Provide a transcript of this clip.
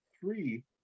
three